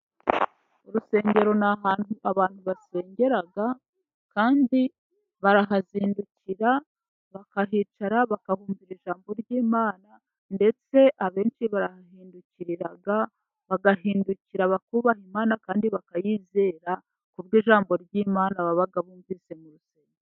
Urusengero ni ahantu abantu basengera, kandi barahazindukira bakahicara, bakahumvira ijambo ry'imana, ndetse abenshi barahahindukirira, bagahindukira bakubaha Imana kandi bakayizera, kubw'ijambo ry'Imana baba bumvise mu rusengero.